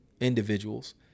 individuals